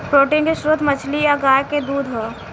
protein के स्त्रोत मछली आ गाय के दूध ह